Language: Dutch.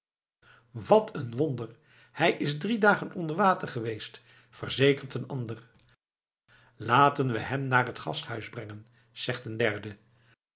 wat wonder hij is drie dagen onder water geweest verzekert een ander laten we hem naar t gasthuis brengen zegt een derde